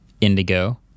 indigo